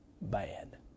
bad